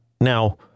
Now